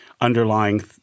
underlying